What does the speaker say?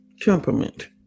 Temperament